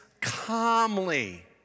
calmly